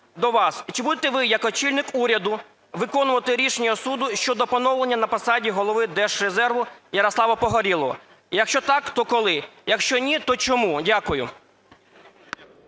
Чи будете ви як очільник уряду виконувати рішення суду щодо поновлення на посаді голови Держрезерву Ярослава Погорєлова? І якщо так, то коли? Якщо ні, то чому? Дякую.